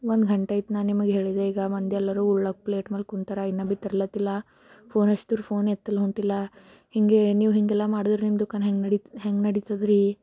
ಒಂದು ಗಂಟೆ ಆಯ್ತು ನಾ ನಿಮಗೆ ಹೇಳಿದೆ ಈಗ ಮಂದಿಯೆಲ್ಲರೂ ಉಣ್ಣೋಕ್ಕೆ ಪ್ಲೇಟ್ ಮೇಲೆ ಕೂತಾರೆ ಇನ್ನೂ ಭೀ ತರ್ಲತ್ತಿಲ್ಲಾ ಫೋನ್ ಹಚ್ಚಿದ್ರು ಫೋನ್ ಎತ್ತಲ್ಲ ಹೊಂಟಿಲ್ಲ ಹಿಂಗೆ ನೀವು ಹಿಂಗೆಲ್ಲ ಮಾಡಿದ್ರೆ ನಿಮ್ಮ ದುಕಾನು ಹೆಂಗೆ ನಡಿತದೆ ಹೆಂಗೆ ನಡಿತದೆರಿ ಹ್ಞೂಂ